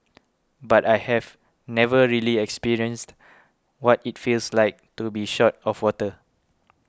but I have never really experienced what it feels like to be short of water